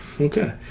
Okay